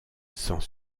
sans